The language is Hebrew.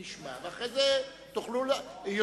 נשמע, ואחרי זה תוכלו, אבל צריך להתחבר למציאות.